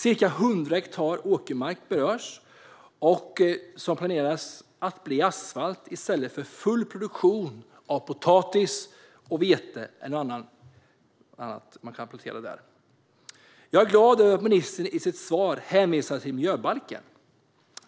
Ca 100 hektar åkermark berörs och planeras beläggas med asfalt i stället för att ge full produktion av potatis, vete eller något annat man kan plantera där. Jag är glad över att ministern i sitt svar hänvisar till miljöbalken.